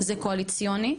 זה קואליציוני.